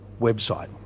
website